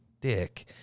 Dick